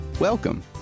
Welcome